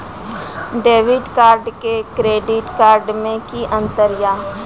Debit card और credit card मे कि अंतर या?